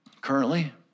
currently